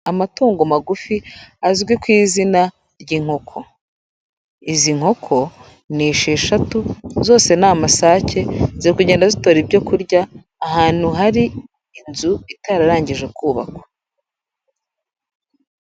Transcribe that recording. Amatungo magufi azwi ku izina ry'inkoko, izi nkoko ni esheshatu, zose ni amasake, ziri kugenda zitora ibyo kurya ahantu hari inzu itararangije kubakwa.